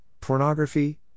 pornography